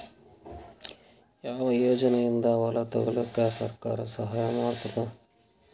ಯಾವ ಯೋಜನೆಯಿಂದ ಹೊಲ ತೊಗೊಲುಕ ಸರ್ಕಾರ ಸಹಾಯ ಮಾಡತಾದ?